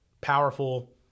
powerful